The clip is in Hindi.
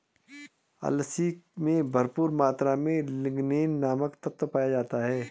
अलसी में भरपूर मात्रा में लिगनेन नामक तत्व पाया जाता है